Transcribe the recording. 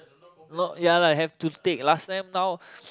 no ya lah have to take last time now